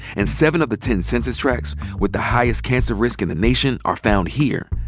and seven of the ten census tracts with the highest cancer risk in the nation are found here.